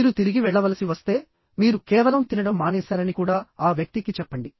మీరు తిరిగి వెళ్ళవలసి వస్తే మీరు కేవలం తినడం మానేశారని కూడా ఆ వ్యక్తికి చెప్పండి